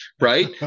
right